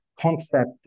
concept